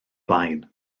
blaen